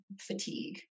fatigue